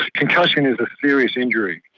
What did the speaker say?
concussion is a serious injury.